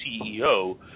CEO